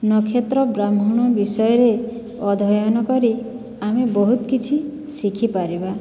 ନକ୍ଷତ୍ର ବ୍ରହ୍ମାଣ୍ଡ ବିଷୟରେ ଅଧ୍ୟୟନ କରି ଆମେ ବହୁତ କିଛି ଶିଖିପାରିବା